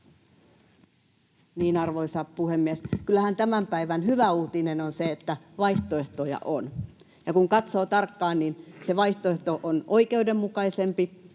hyvä. Arvoisa puhemies! Kyllähän tämän päivän hyvä uutinen on se, että vaihtoehtoja on. Ja kun katsoo tarkkaan, niin se vaihtoehto on oikeudenmukaisempi